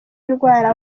indwara